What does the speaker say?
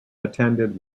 attended